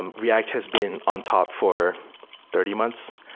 and react has been on top for thirty months.